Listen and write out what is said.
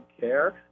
care